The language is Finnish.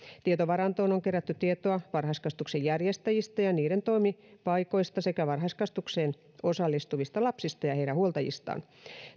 tietovarantoon on kerätty tietoa varhaiskasvatuksen järjestäjistä ja niiden toimipaikoista sekä varhaiskasvatukseen osallistuvista lapsista ja heidän huoltajistaan